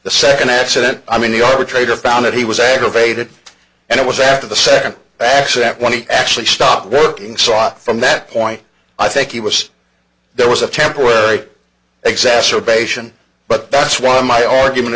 the second accident i mean the arbitrator found that he was aggravated and it was after the second actually that when he actually stopped working saw from that point i think he was there was a temporary exacerbation but that's why my argument